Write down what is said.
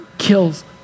kills